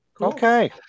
okay